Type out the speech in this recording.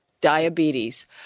diabetes